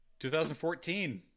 2014